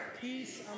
peace